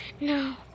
no